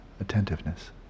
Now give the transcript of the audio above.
attentiveness